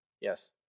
Yes